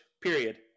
period